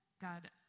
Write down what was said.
God